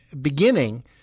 beginning